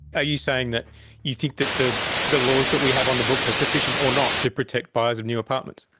are you saying that you think the the laws that we have on the books are sufficient or not to protect buyers of new apartments?